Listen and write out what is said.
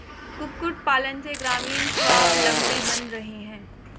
कुक्कुट पालन से ग्रामीण स्वाबलम्बी बन रहे हैं